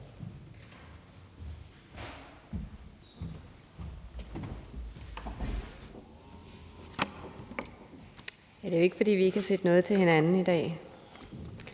Det er jo ikke, fordi vi ikke har set noget til hinanden i dag,